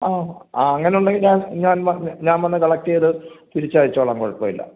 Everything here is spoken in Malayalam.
ആ ആ അങ്ങനെയുണ്ടെങ്കില് ഞാൻ ഞാൻ ഞാൻ വന്ന് കളക്റ്റെയ്ത് തിരിച്ചയച്ചോളാം കുഴപ്പമില്ല